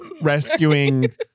rescuing